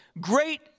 great